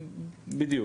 בדיוק.